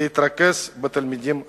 להתרכז בתלמידים החזקים.